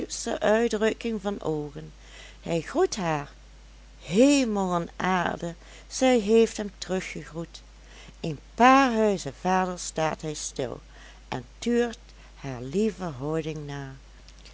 uitdrukking van oogen hij groet haar hemel en aarde zij heeft hem teruggegroet een paar huizen verder staat hij stil en tuurt haar lieve houding